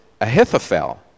Ahithophel